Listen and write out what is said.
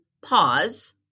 pause